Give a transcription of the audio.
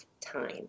time